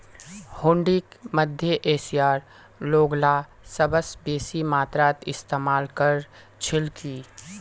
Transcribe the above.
हुंडीक मध्य एशियार लोगला सबस बेसी मात्रात इस्तमाल कर छिल की